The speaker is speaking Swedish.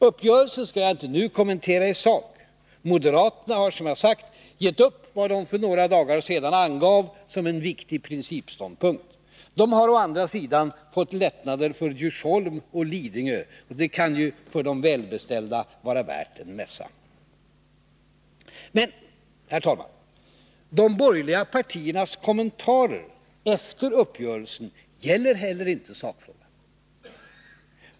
Uppgörelsen skall jag inte nu kommentera i sak. Moderaterna har, som jag sagt, gett upp vad de för några dagar sedan angav som en viktig principståndpunkt. De har å andra sidan fått lättnader för Djursholm och Lidingö, och det kan ju för de välbeställda vara värt en mässa. Herr talman! De borgerliga partiernas kommentarer efter uppgörelsen gäller heller inte sakfrågan.